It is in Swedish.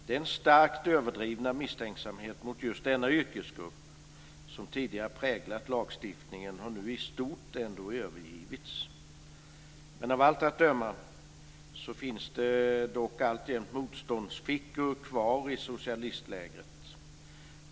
Den starkt överdrivna misstänksamhet mot just denna yrkesgrupp som tidigare präglat lagstiftningen har nu i stort övergivits. Men av allt att döma finns dock alltjämt motståndsfickor kvar i socialistlägret.